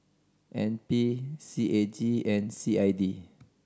N P C A G and C I D